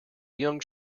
young